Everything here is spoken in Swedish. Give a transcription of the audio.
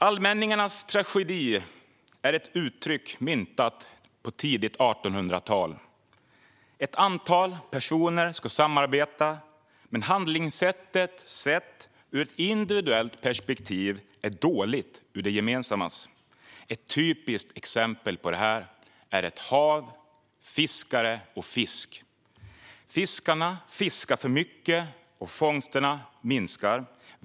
Allmänningarnas tragedi är ett uttryck som myntades under tidigt 1800-tal. Ett antal personer ska samarbeta, men handlingssättet som är bra sett ur ett individuellt perspektiv är dåligt ur det gemensammas. Ett typiskt exempel på det är ett hav med fiskare och fisk. Fiskarna fiskar för mycket, och fångsterna minskar.